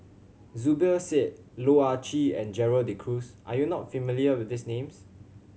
Zubir Said Loh Ah Chee and Gerald De Cruz are you not familiar with these names